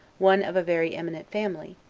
one of a very eminent family,